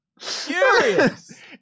Curious